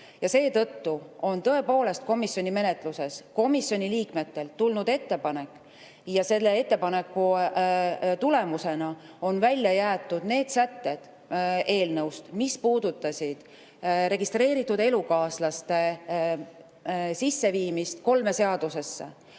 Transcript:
Seetõttu on tõepoolest komisjoni menetluses komisjoni liikmetelt tulnud ettepanek ja selle ettepaneku tulemusena on eelnõust välja jäetud need sätted, mis puudutasid registreeritud elukaaslaste sisseviimist kolme seadusesse: